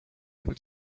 able